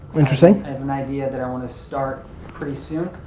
interesting. i have an idea that i want to start pretty soon.